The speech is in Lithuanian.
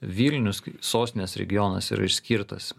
vilnius sostinės regionas yra išskirtas